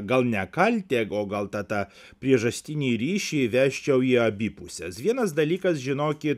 gal ne kaltę gal tą tą priežastinį ryšį veščiau į abi puses vienas dalykas žinokit